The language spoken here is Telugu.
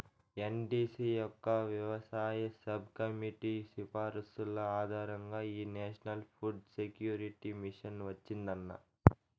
ఎన్.డీ.సీ యొక్క వ్యవసాయ సబ్ కమిటీ సిఫార్సుల ఆధారంగా ఈ నేషనల్ ఫుడ్ సెక్యూరిటీ మిషన్ వచ్చిందన్న